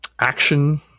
action